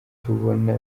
tubona